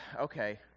okay